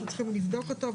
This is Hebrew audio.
אנחנו צריכים לבדוק אותו,